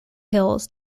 hills